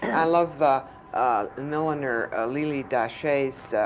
i love milliner lilly dache's